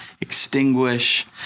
extinguish